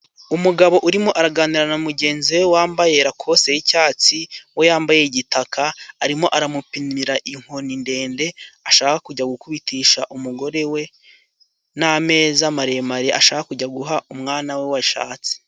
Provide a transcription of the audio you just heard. Umugabo urimo araganira na mugenzi we wambaye rakosite y'icyatsi, we yambaye igitaka, arimo aramupimira inkoni ndende ashaka kujya gukubitisha umugore we, n'ameza maremare ashaka kujya guha umwana we washatse.